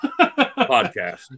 podcast